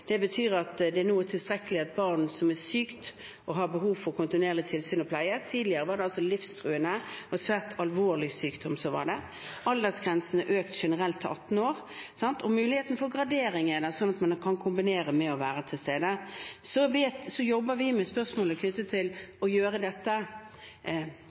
er tilstrekkelig å ha et barn som er sykt, og som har behov for kontinuerlig tilsyn og pleie. Tidligere var det livstruende og svært alvorlig sykdom som var kravet. Aldersgrensen generelt har økt til 18 år. Muligheten for gradering er der, slik at man kan kombinere med å være til stede. Vi jobber med spørsmålet knyttet